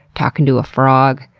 talkin' to a frog,